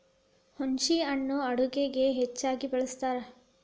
ಹುಂಚಿಹಣ್ಣು ಅಡುಗೆಗೆ ಹೆಚ್ಚಾಗಿ ಬಳ್ಸತಾರ